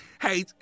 Hey